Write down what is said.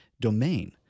domain